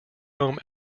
home